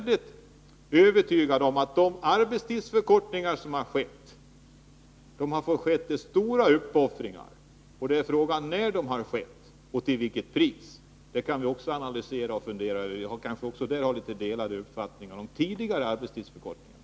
De arbetstidsförkortningar som uppnåtts har skett till priset av stora uppoffringar. Vi kan också fundera över och analysera frågan om när och till vilket pris de har skett. Då det gäller tidigare arbetstidsförkortningar har vi kanske också delade uppfattningar.